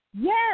Yes